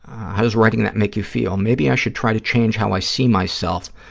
how does writing that make you feel? maybe i should try to change how i see myself,